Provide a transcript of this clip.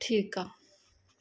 ठीकु आहे